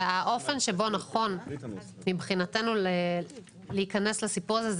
והאופן שבו נכון מבחינתנו להיכנס לסיפור הזה,